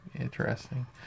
interesting